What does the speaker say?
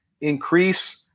increase